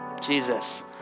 Jesus